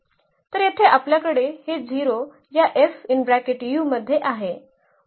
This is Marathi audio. तर येथे आपल्याकडे हे 0 या मध्ये आहे